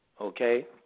okay